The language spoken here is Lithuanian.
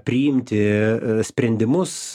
priimti sprendimus